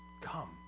Come